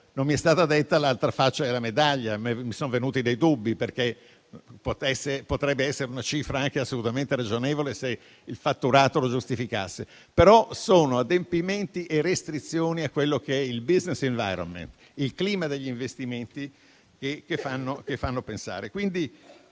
Non mi è stata illustrata l'altra faccia della medaglia e mi sono venuti dei dubbi perché potrebbe essere una cifra assolutamente ragionevole se il fatturato lo giustificasse. Sono però adempimenti e restrizioni al *business environment*, il clima degli investimenti, che fanno pensare.